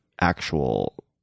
actual